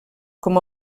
com